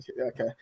Okay